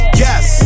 yes